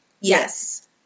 Yes